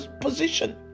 position